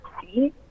see